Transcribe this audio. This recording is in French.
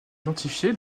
identifié